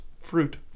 fruit